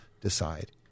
decide